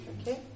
Okay